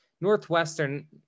Northwestern